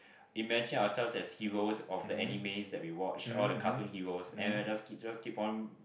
imagine ourselves as heroes of the animes that we watch all the cartoon heroes and then just just keep on